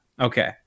Okay